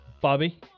Bobby